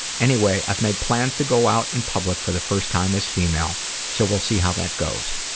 anyway i've made plans to go out in public for the first time as female so we'll see how that goes.